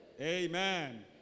Amen